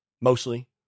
mostly